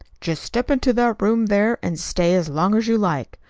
just step into that room there and stay as long as you like.